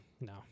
no